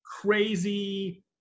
crazy